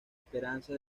esperanza